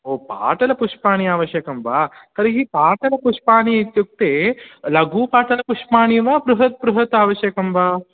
ओ पाटलपुष्पाणि आवश्यकं वा तर्हि पाटलपुष्पाणि इत्युक्ते लघुपाटलपुष्पाणि वा बृहत् बृहत् आवश्यकं वा